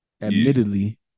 admittedly